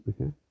okay